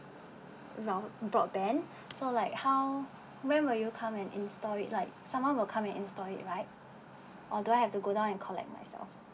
rou~ broadband so like how when will you come and install it like someone will come and install it right or do I have to go down and collect myself